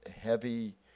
heavy